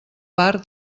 bar